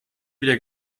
wieder